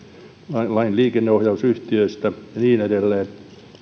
lain liikenneohjausyhtiöistä ja niin edelleen mielestäni